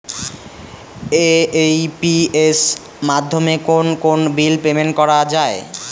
AEPS মাধ্যমে কোন কোন বিল পেমেন্ট করা যায়?